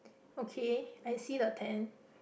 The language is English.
okay I see the tent